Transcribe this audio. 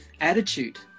attitude